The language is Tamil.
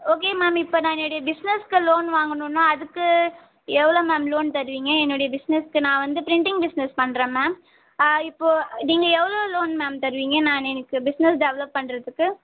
ஓகே மேம் இப்போ நான் என்னுடைய பிஸ்னஸுக்கு லோன் வாங்கணும்னா அதுக்கு எவ்வளோ மேம் லோன் தருவீங்க என்னுடைய பிஸ்னஸுக்கு நான் வந்து ப்ரிண்ட்டிங் பிஸ்னஸ் பண்ணுறேன் மேம் இப்போது நீங்கள் எவ்வளோ லோன் மேம் தருவீங்க நான் எனக்கு பிஸ்னஸ் டெவலப் பண்ணுறதுக்கு